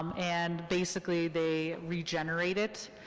um and basically, they regenerate it.